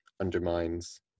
undermines